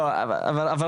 אני